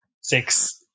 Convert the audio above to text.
six